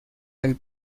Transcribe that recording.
del